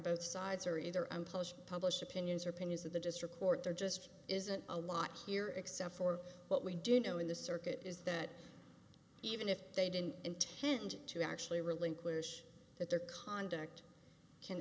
both sides are either on post published opinions or opinions of the district court there just isn't a lot here except for what we do know in the circuit is that even if they didn't intend to actually relinquish that their conduct can